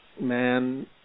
man